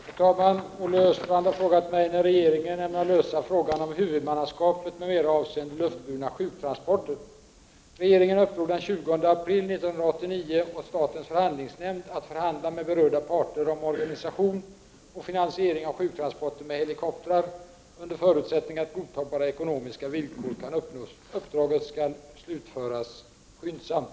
Fru talman! Olle Östrand har frågat mig när regeringen ämnar lösa frågan om huvudmannaskapet m.m. avseende luftburna sjuktransporter. Regeringen uppdrog den 20 april 1989 åt statens förhandlingsnämnd att förhandla med berörda parter om organisation och finansiering av sjuktransporter med helikoptrar under förutsättning att godtagbara ekonomiska villkor kan uppnås. Uppdraget skall slutföras skyndsamt.